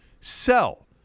sell